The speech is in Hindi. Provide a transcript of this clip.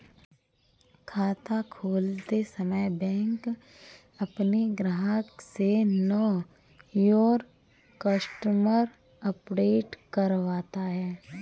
खाता खोलते समय बैंक अपने ग्राहक से नो योर कस्टमर अपडेट करवाता है